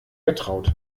getraut